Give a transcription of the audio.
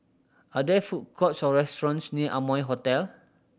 are there food courts or restaurants near Amoy Hotel